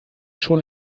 schon